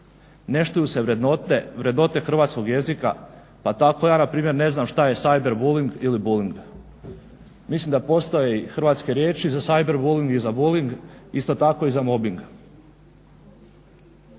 ne štuju se vrednote hrvatskog jezika, pa tako ja npr. ne znam šta je cyber bulling ili bulling. Mislim da postoje hrvatske riječi sa cyber bulling i za bulling isto tako i za mobing.